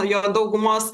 jo daugumos